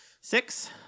six